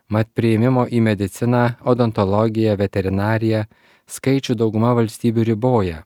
mat priėmimo į mediciną odontologiją veterinariją skaičių dauguma valstybių riboja